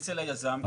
אצל היזם.